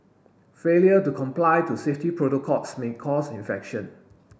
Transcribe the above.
failure to comply to safety protocols may cause infection